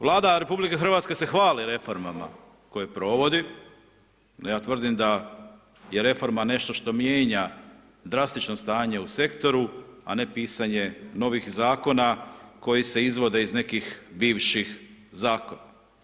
Vlada RH se hvali reformama koje provodi, ja tvrdim da je reforma nešto što mijenja drastično stanje u sektoru a ne pisanje novih zakona koji se izvode iz nekih bivših zakona.